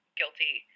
guilty